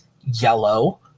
yellow